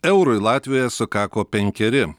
eurui latvijoje sukako penkeri